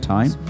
Time